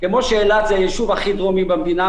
כמו שאילת זה היישוב הכי דרומי במדינה,